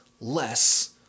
less